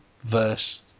verse